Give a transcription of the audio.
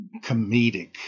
comedic